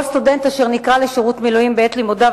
כל סטודנט אשר נקרא לשירות מילואים בעת לימודיו